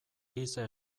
giza